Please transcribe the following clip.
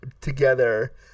together